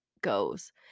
goes